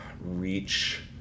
reach